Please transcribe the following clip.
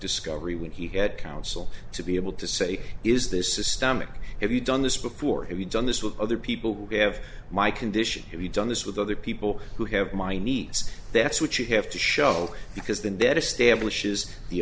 discovery when he had counsel to be able to say is this systemic if you've done this book or have you done this with other people who have my condition have you done this with other people who have my niece that's what you have to show because then th